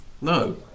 No